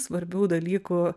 svarbių dalykų